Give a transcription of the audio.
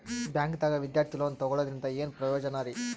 ಬ್ಯಾಂಕ್ದಾಗ ವಿದ್ಯಾರ್ಥಿ ಲೋನ್ ತೊಗೊಳದ್ರಿಂದ ಏನ್ ಪ್ರಯೋಜನ ರಿ?